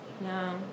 No